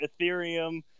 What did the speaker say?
Ethereum